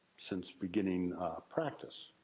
since beginning practice.